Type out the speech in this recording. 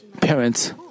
parents